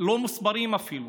לא מוסברים, אפילו,